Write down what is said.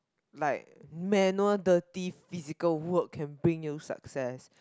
like manual dirty physical work can bring you success